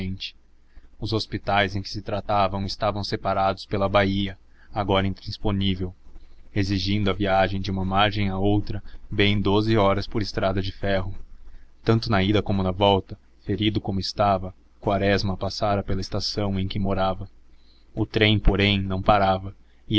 combatente os hospitais em que se tratavam estavam separados pela baía agora intransponível exigindo a viagem de uma margem à outra bem doze horas por estrada de ferro tanto na ida como na volta ferido como estava quaresma passara pela estação em que morava o trem porém não parava